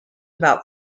about